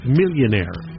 millionaire